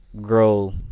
grow